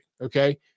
okay